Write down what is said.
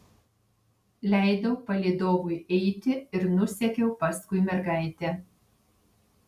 leidau palydovui eiti ir nusekiau paskui mergaitę